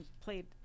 played